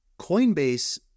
coinbase